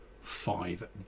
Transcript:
five